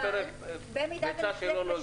זו ביצה שלא נולדה.